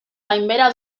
gainbehera